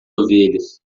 ovelhas